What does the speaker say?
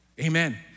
Amen